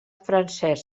francès